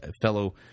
fellow